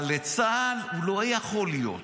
אבל לצה"ל, הוא לא יכול להיות.